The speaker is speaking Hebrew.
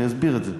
אני אסביר את זה.